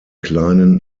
kleinen